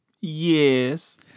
Yes